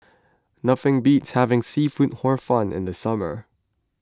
nothing beats having Seafood Hor Fun in the summer